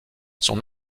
son